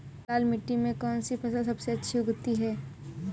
लाल मिट्टी में कौन सी फसल सबसे अच्छी उगती है?